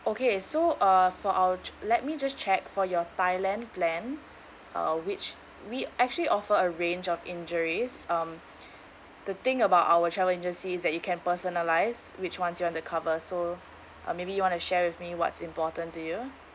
okay so uh for our let me just check for your thailand plan uh which we actually offer a range of injuries um the thing about our travel agency is that you can personalize which one you want to covers so uh maybe you want to share with me what's important to you